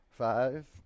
Five